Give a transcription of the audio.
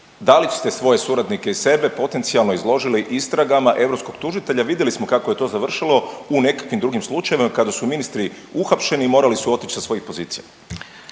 da li ste svoje suradnike i sebe potencijalno izložili istragama europskog tužitelja? Vidjeli smo kako je to završilo u nekakvim drugim slučajevima kada su ministri uhapšeni i morali su otić sa svojih pozicija.